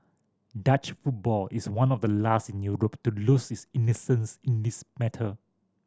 Dutch football is one of the last in Europe to lose its innocence in this matter